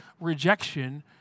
Rejection